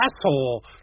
asshole